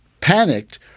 panicked